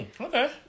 okay